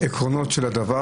העקרונות של הדבר.